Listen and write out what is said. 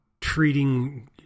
treating